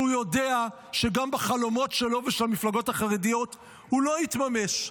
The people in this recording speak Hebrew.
והוא יודע שגם בחלומות שלו ושל המפלגות החרדיות הוא לא יתממש.